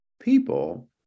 people